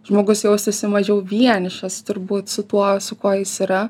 žmogus jaustųsi mažiau vienišas turbūt su tuo su kuo jis yra